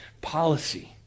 policy